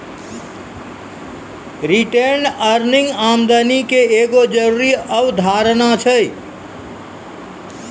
retained earning आमदनी के एगो जरूरी अवधारणा छै